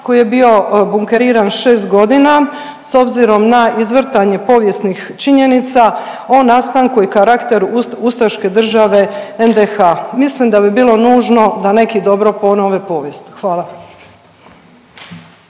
koji je bio bunkeriran šest godina s obzirom na izvrtanje povijesnih činjenica o nastanku i karakteru ustaške države NDH. Mislim da bi bilo nužno da neki dobro ponove povijest. Hvala.